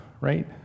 right